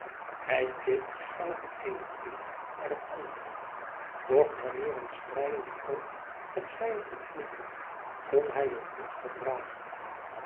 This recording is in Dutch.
hij keek van het eene kind naar het andere doch wanneer een schreiend oog het zijne ontmoette kon hij het niet verdragen